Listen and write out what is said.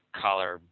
color